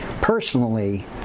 personally